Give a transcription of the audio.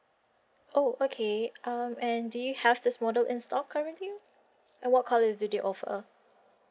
oh okay um and do you have this model in stock currently and what are colour do you offer